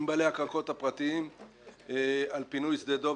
עם בעלי החלקות הפרטיים על פינוי שדה דב,